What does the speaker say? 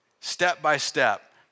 step-by-step